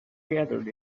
gathered